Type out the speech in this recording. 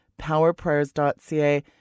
powerprayers.ca